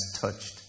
touched